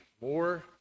more